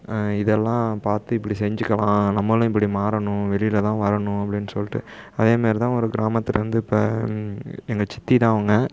இதெல்லாம் பார்த்து இப்படி செஞ்சுக்கலாம் நம்மளும் இப்படி மாறணும் வெளியேலலாம் வரணும் அப்படின்னு சொல்லிட்டு அதேமாதிரி தான் ஒரு கிராமத்தில் வந்து இப்போ எங்கள் சித்தி தான் அவங்க